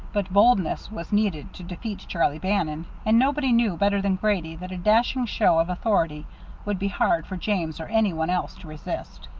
but boldness was needed to defeat charlie bannon and nobody knew better than grady that a dashing show of authority would be hard for james or any one else to resist.